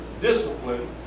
discipline